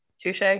Touche